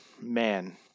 man